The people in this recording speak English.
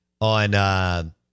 on